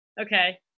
okay